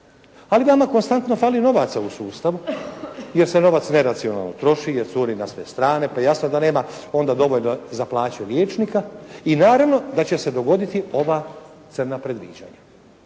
Ali vama konstantno fali novaca u sustavu jer se novac neracionalno troši, jer curi na sve strane, pa jasno da nema onda dovoljno za plaću liječnika i naravno da će se dogoditi ova crna predviđanja.